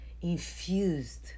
infused